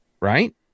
right